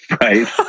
right